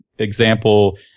Example